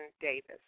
Davis